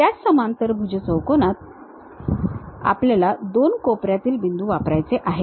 त्याच समांतरभुज चौकोनात आपल्याला 2 कोपऱ्यातील बिंदू वापरायचे आहेत